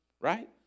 right